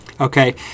Okay